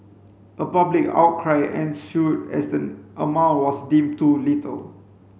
a public outcry ensued as the amount was deemed too little